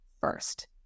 first